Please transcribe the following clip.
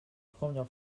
première